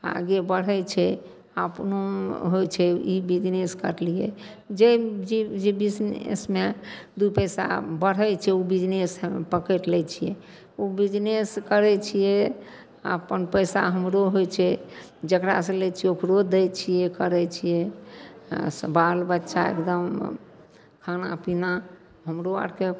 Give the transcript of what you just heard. आगे बढ़ै छै अपनो होइ छै ई बिजनेस करलिए जे ज ज बिजनेसमे दुइ पइसा बढ़ै छै ओ बिजनेस हम पकड़ि लै छिए ओ बिजनेस करै छिए अपन पइसा हमरो होइ छै जकरासे लै छिए ओकरो दै छिए करै छिए बाल बच्चा एकदम खानापिना हमरो आओरके